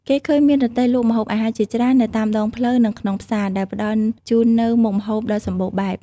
គេឃើញមានរទេះលក់ម្ហូបអាហារជាច្រើននៅតាមដងផ្លូវ និងក្នុងផ្សារ ដែលផ្តល់ជូននូវមុខម្ហូបដ៏សម្បូរបែប។